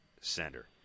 Center